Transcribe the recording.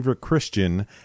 Christian